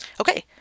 okay